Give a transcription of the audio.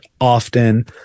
often